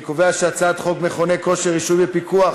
אני קובע שחוק מכוני כושר (רישוי ופיקוח)